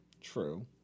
True